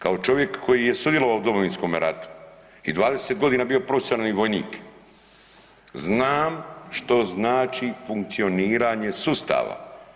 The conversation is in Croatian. Kao čovjek koji je sudjelovao u Domovinskom ratu i 20 godina bio profesionalni vojnik znam što znači funkcioniranje sustava.